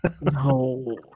No